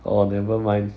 orh never mind